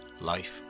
life